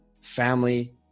family